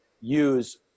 use